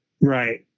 Right